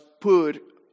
put